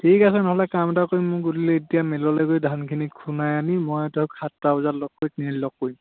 ঠিক আছে নহ'লে কাম এটা কৰিম মই গধূলি এতিয়া মিললৈ গৈ ধানখিনি খুন্দাই আনি মই তোক সাতটা বজাত লগ কৰি তিনিআলিত লগ কৰিম